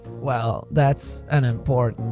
well that's an important.